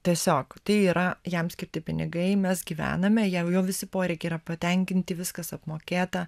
tiesiog tai yra jam skirti pinigai mes gyvename jam jau visi poreikiai yra patenkinti viskas apmokėta